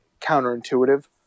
counterintuitive